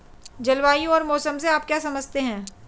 जलवायु और मौसम से आप क्या समझते हैं?